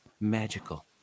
magical